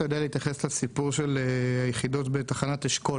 אתה יודע להתייחס לסיפור של יחידות 6-9 בתחנת אשכול?